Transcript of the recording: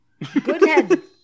Goodhead